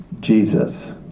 Jesus